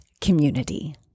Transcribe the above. community